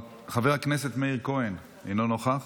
חבר הכנסת מאיר כהן, אינו נוכח,